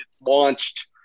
launched